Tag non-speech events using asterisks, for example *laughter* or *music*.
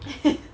*laughs*